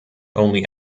only